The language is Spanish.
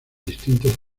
distintos